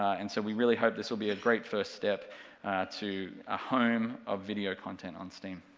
and so we really hope this will be a great first step to a home of video content on steam.